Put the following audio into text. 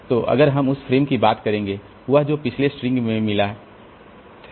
तो अगर हम उस फ्रेम की बात करेंगे वह जो पिछले स्ट्रिंग में मिला है